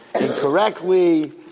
incorrectly